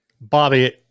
Bobby